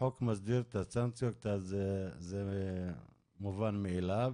החוק מסדיר את הסנקציות, אז זה מובן מאליו.